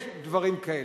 יש דברים כאלה.